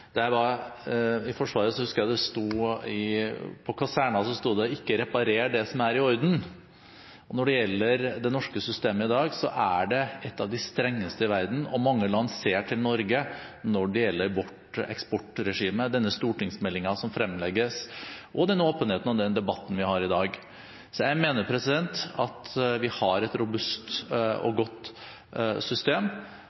Da jeg var i Forsvaret, husker jeg det sto på kasernen: Ikke reparer det som er i orden! Når det gjelder det norske systemet i dag, er det et av de strengeste i verden, og mange land ser til Norge når det gjelder vårt eksportregime, den stortingsmeldingen som fremlegges, og den åpenheten og den debatten vi har i dag. Så jeg mener at vi har et robust og godt system.